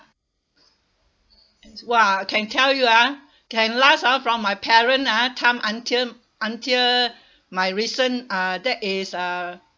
!wah! can tell you ah can last ah from my parent ah time until until my recent uh that is uh